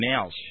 males